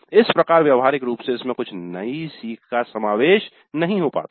इस प्रकार व्यावहारिक रूप से इसमें कुछ नयी सीख का समावेश नहीं हो पाता है